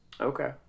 Okay